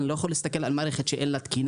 אני לא יכול להסתכל על מערכת שאין לה תקינה.